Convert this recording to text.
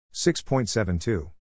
6.72